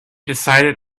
decided